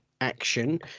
Action